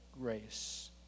grace